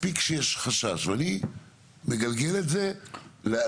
מספיק שיש חשש, ואני מגלגל את זה למדינה.